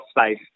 space